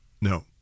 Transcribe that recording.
no